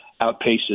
outpaces